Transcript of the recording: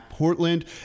Portland